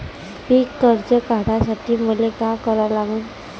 पिक कर्ज काढासाठी मले का करा लागन?